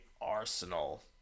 Arsenal